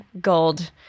gold